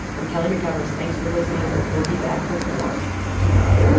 i'm kelly mcevers. thanks for listening. we will be back with more tomorrow